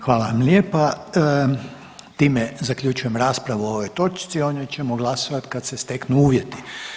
Hvala vam lijepa, time zaključujem raspravu o ovoj točci, o njoj ćemo glasovati kad se steknu uvjeti.